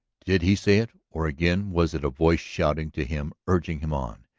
did he say it? or again was it a voice shouting to him, urging him on?